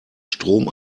strom